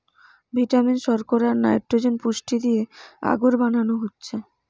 vitamin, শর্করা, আর nitrogen পুষ্টি দিয়ে আগর বানানো হচ্ছে